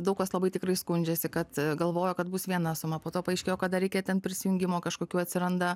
daug kas labai tikrai skundžiasi kad galvoja kad bus viena suma po to paaiškėjo kad dar reikia ten prisijungimo kažkokių atsiranda